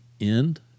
end